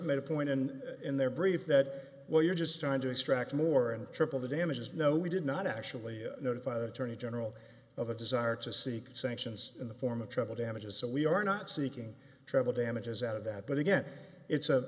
made a point in in their brief that while you're just trying to extract more and triple the damages no we did not actually notify the attorney general of a desire to seek sanctions in the form of travel damages so we are not seeking travel damages out of that but again it's